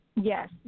Yes